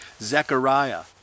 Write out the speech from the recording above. Zechariah